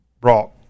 brought